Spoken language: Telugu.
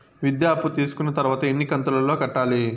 విద్య అప్పు తీసుకున్న తర్వాత ఎన్ని కంతుల లో కట్టాలి?